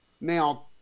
Now